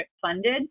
funded